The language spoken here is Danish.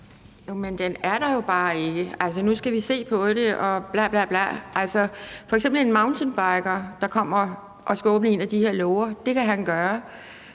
Jamen den er der jo bare ikke. Altså, nu skal vi se på det, og bla bla bla. F.eks. kan en mountainbiker, der kommer og skal åbne en af de her låger, gøre